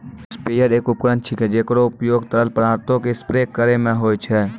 sprayer एक उपकरण छिकै, जेकरो उपयोग तरल पदार्थो क स्प्रे करै म होय छै